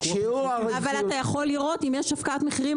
אבל אתה יכול לראות אם יש הפקעת מחירים,